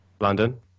London